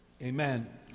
Amen